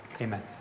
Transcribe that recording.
amen